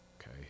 okay